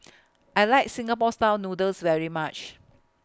I like Singapore Style Noodles very much